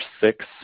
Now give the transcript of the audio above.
six